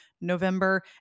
November